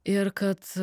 ir kad